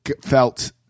felt